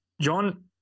John